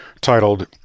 titled